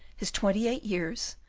his twenty-eight years,